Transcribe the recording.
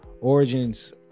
origins